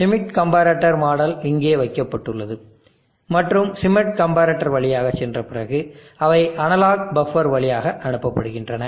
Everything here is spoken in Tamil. ஷ்மிட் கம்பரட்டர் மாடல் இங்கே வைக்கப்பட்டுள்ளது மற்றும் ஷ்மிட் கம்பரட்டர் வழியாக சென்ற பிறகு அவை அனலாக் பஃபர் வழியாக அனுப்பப்படுகின்றன